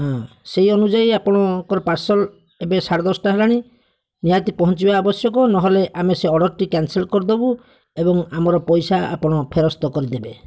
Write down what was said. ହଁ ସେଇ ଅନୁଯାଇ ଆପଣଙ୍କର ପାର୍ସଲ୍ ଏବେ ସାଢ଼େ ଦଶଟା ହେଲାଣି ନିହାତି ପହଞ୍ଚିବା ଆବଶ୍ୟକ ନହଲେ ଆମେ ସେ ଅର୍ଡ଼ର୍ଟି କ୍ୟାନ୍ସେଲ୍ କରିଦେବୁ ଏବଂ ଆମର ପଇସା ଆପଣ ଫେରସ୍ତ କରିଦେବେ